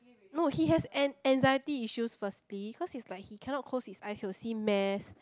no he has an anxiety issues firstly cause he's like he cannot close his eyes he will see mess